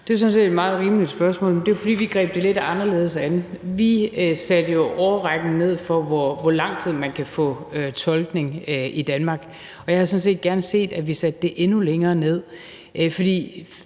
Det er sådan set et meget rimeligt spørgsmål. Det er, fordi vi greb det lidt anderledes an. Vi satte jo årrækken ned for, hvor lang tid man kan få tolkning i Danmark, og jeg havde sådan set gerne set, at vi satte det endnu længere ned. For